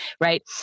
right